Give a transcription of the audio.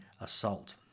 assault